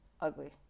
ugly